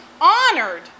honored